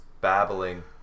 babbling